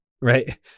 right